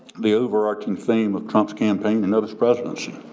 the overarching theme of trump's campaign and of his presidency.